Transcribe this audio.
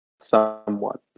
somewhat